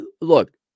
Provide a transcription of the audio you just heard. Look